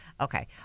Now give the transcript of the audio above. okay